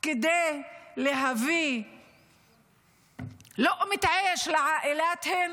כדי להביא (אומרת בערבית:)?